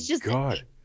God